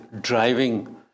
driving